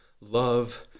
love